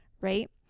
right